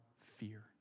fear